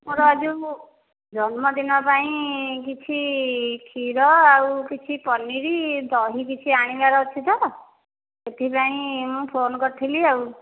ମୋର ଆଜି ମୁଁ ଜନ୍ମଦିନ ପାଇଁ କିଛି କ୍ଷୀର ଆଉ କିଛି ପନିର ଦହି କିଛି ଆଣିବାର ଅଛି ତ ସେଥିପାଇଁ ମୁଁ ଫୋନ୍ କରିଥିଲି ଆଉ